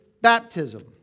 baptism